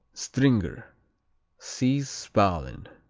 stringer see spalen.